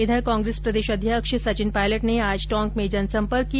इधर कांग्रेस प्रदेशाध्यक्ष सचिन पायलट ने आज टोंक में जनसंपर्क किया